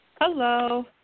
Hello